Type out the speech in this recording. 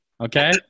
Okay